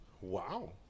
Wow